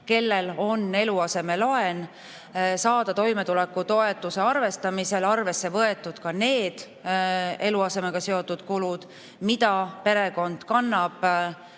kellel on eluasemelaen, saada toimetulekutoetuse arvestamisel arvesse võetud ka need eluasemega seotud kulud, mida perekond kannab